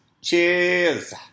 Cheers